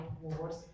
wars